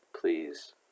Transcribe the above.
please